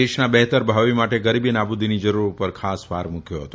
દેશના બહેતર ભાવિ માટે ગરીબી નાબુદીની જરૂર પર ખાસ ભાર મૂક્યો હતો